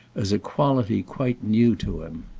as a quality quite new to him.